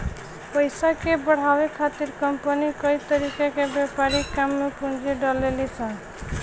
पइसा के बढ़ावे खातिर कंपनी कई तरीका के व्यापारिक काम में पूंजी डलेली सन